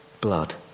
blood